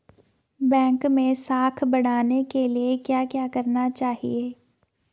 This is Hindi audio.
बैंक मैं साख बढ़ाने के लिए क्या क्या करना चाहिए?